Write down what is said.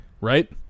right